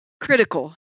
critical